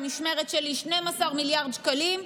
במשמרת שלך, גברתי, 120 מיליון שקל,